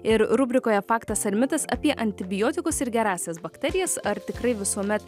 ir rubrikoje faktas ar mitas apie antibiotikus ir gerąsias bakterijas ar tikrai visuomet